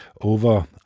over